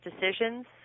decisions